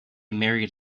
married